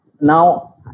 now